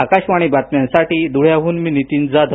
आकाशवाणी बातम्यांसाठी धुळ्याहन नितीन जाधव